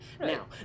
Now